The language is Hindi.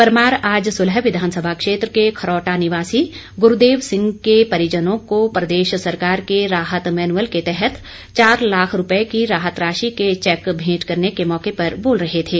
परमार आज सुलह विधानसभा क्षेत्र के खरौटा निवासी गुरूदेव सिंह के परिजनों को प्रदेश सरकार के राहत मैनुअल के तहत चार लाख रूपये की राहत राशि के चैक भेंट करने के मौके पर बोल रहे थे